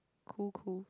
cool cool